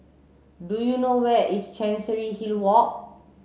do you know where is Chancery Hill Walk